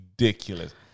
ridiculous